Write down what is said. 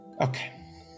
Okay